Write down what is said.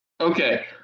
Okay